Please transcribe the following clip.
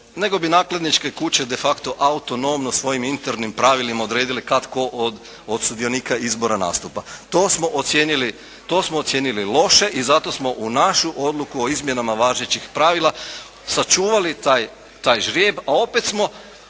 nego bi nakladničke kuće de facto autonomno svojim internim pravilima odredili kad tko od sudionika izbora nastupa. To smo ocijenili loše i zato smo u našu odluku o izmjenama važećih pravila sačuvali taj ždrijeb, a opet smo